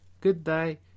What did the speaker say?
goodbye